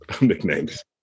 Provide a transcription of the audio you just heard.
Nicknames